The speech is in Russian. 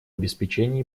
обеспечения